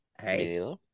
hey